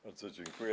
Bardzo dziękuję.